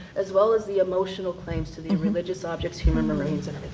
as well as the emotional claims to the religious objects, human remains and